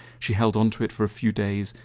she held onto it for a few days,